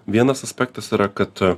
vienas aspektas yra kad